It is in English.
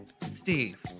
Steve